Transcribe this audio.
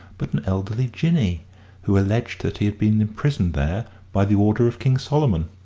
but an elderly jinnee who alleged that he had been imprisoned there by the order of king solomon!